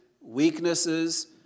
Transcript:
weaknesses